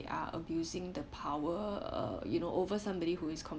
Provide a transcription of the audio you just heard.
are abusing the power uh you know over somebody who is